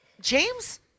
James